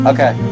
Okay